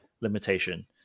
limitation